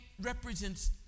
represents